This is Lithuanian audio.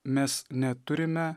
mes neturime